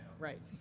Right